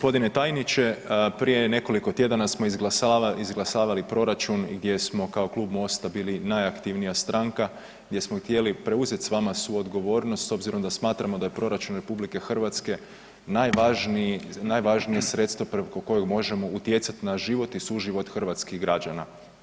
Poštovani g. tajniče, prije nekoliko tjedana smo izglasavali proračun gdje smo kao Klub MOST-a bili najaktivnija stranka, gdje smo htjeli preuzet s vama suodgovornost s obzirom da smatramo da je Proračun RH najvažniji, najvažnije sredstvo preko kojeg možemo utjecat na život i suživot hrvatskih građana.